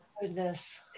goodness